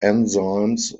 enzymes